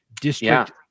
district